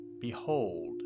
behold